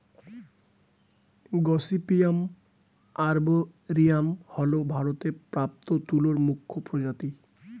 gossypium arboreum হল ভারতে প্রাপ্ত তুলোর মুখ্য প্রজাতি